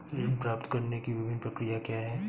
ऋण प्राप्त करने की विभिन्न प्रक्रिया क्या हैं?